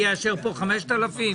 אני אאשר כאן 5,000?